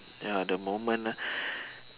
ya the moment ah